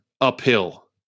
uphill